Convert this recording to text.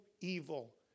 evil